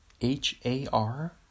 H-A-R